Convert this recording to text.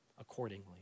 accordingly